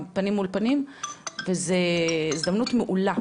פנים מול פנים וזה הזדמנות מעולה,